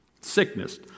Sickness